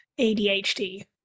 ADHD